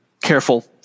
careful